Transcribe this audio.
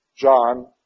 John